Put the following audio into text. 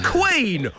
Queen